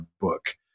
book